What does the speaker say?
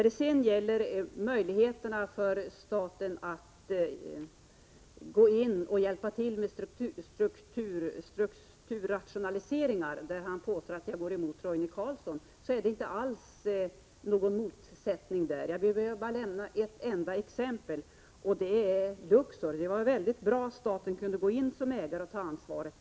Beträffande möjligheterna för staten att gå in och hjälpa till med strukturrationaliseringar, där Per Westerberg påstår att jag går emot Roine Carlsson, är det inte alls någon motsättning. Jag behöver bara nämna ett enda exempel. Det är Luxor. Det var väldigt bra att staten kunde gå in som ägare och ta ansvaret.